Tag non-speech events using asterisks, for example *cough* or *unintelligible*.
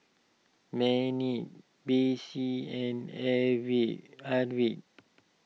Mannie Bessie and *unintelligible* Arvid